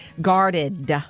guarded